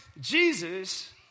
Jesus